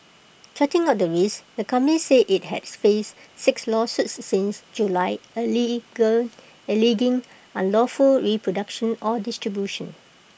charting out the risks the company said IT had faced six lawsuits since July allege alleging unlawful reproduction or distribution